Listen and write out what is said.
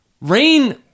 Rain